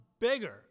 bigger